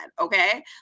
Okay